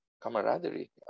camaraderie